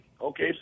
Okay